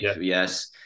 yes